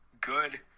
good